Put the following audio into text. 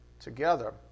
together